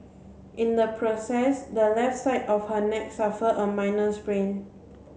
in the process the left side of her neck suffered a minor sprain